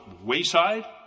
wayside